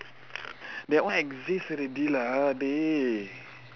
that one exist already lah dey